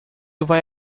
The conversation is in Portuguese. vai